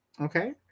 Okay